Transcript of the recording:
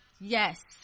yes